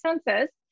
senses